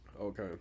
Okay